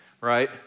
right